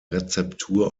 rezeptur